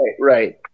right